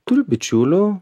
turiu bičiulių